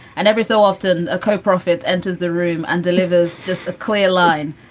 and every so often a co prophet enters the room and delivers just a clear line.